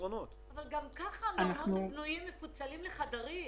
ככה המעונות הבנויים מפוצלים לחדרים,